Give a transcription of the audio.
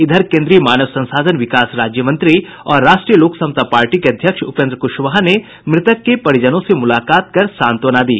इधर केन्द्रीय मानव संसाधन विकास राज्य मंत्री और राष्ट्रीय लोक समता पार्टी के अध्यक्ष उपेन्द्र कुशवाहा ने मृतक के परिजनों से मुलाकात कर सांत्वना दी